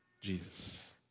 Jesus